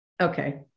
Okay